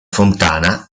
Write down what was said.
fontana